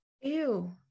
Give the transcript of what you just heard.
Ew